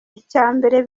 icyambere